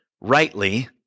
rightly